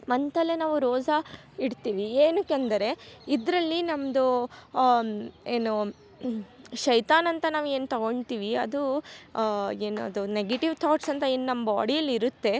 ಮಂತಲ್ಲೆ ನಾವು ರೋಸಾ ಇಡ್ತೀವಿ ಏನಿಕ್ಕೆಂದರೆ ಇದರಲ್ಲಿ ನಮ್ಮದು ಏನು ಶೈತಾನ್ ಅಂತ ನಾವೇನು ತಗೋಳ್ತೀವಿ ಅದು ಏನದು ನೆಗೆಟಿವ್ ತಾಟ್ಸ್ ಅಂತ ಏನು ನಮ್ಮ ಬಾಡಿಲಿ ಇರತ್ತೆ